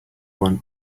want